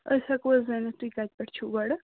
أسۍ ہٮ۪کوٕ حظ زٲنِتھ تُہۍ کَتہِ پٮ۪ٹھ چھُو گۄڈٕ